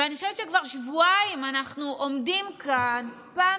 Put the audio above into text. ואני חושבת שכבר שבועיים אנחנו עומדים כאן פעם